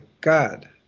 God